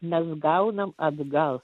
mes gaunam atgal